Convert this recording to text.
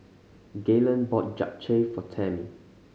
Gaylen bought Japchae for Tammy